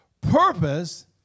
Purpose